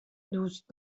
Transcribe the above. دوست